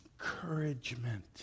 encouragement